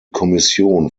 kommission